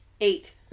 Eight